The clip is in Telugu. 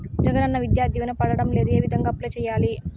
జగనన్న విద్యా దీవెన పడడం లేదు ఏ విధంగా అప్లై సేయాలి